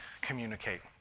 communicate